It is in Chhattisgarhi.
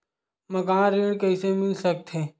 मकान ऋण कइसे मिल सकथे?